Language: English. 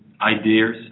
ideas